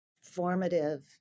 formative